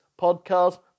podcast